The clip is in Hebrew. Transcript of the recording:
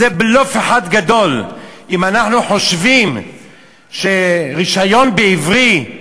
אז זה בלוף אחד גדול אם אנחנו חושבים שברישיון יהיה תאריך עברי,